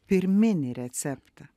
pirminį receptą